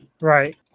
Right